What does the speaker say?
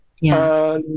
Yes